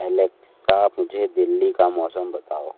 Alexa मुझे दिल्ली का मौसम बताओ